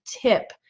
tip